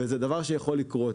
וזה דבר שיכול לקרות.